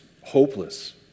hopeless